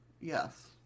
yes